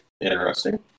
interesting